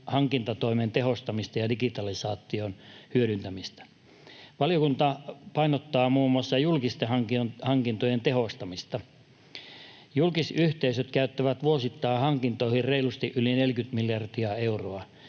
hankintatoimen tehostamista ja digitalisaation hyödyntämistä. Valiokunta painottaa muun muassa julkisten hankintojen tehostamista. Julkisyhteisöt käyttävät vuosittain hankintoihin reilusti yli 40 miljardia euroa,